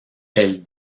elle